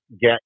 get